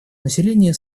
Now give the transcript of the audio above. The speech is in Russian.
население